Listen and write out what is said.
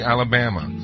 Alabama